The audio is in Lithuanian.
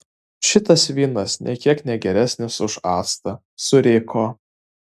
šitas vynas nė kiek ne geresnis už actą suriko